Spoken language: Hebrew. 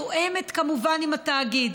מתואמת כמובן עם התאגיד,